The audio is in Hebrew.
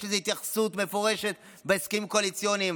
יש לזה התייחסות מפורשת בהסכמים הקואליציוניים,